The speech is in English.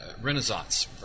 renaissance